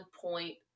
point